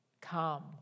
Come